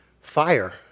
fire